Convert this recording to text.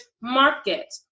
market